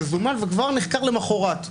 מזומן וכבר נחקר למחרת.